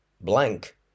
blank